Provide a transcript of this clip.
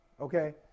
Okay